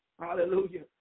Hallelujah